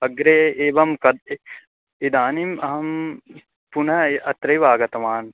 अग्रे एवं कथम् इदानीम् अहं पुनः अत्रैव आगतवान्